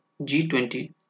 G20